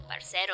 parcero